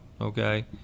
okay